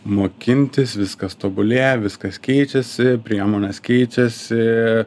mokintis viskas tobulėja viskas keičiasi priemonės keičiasi